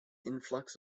influx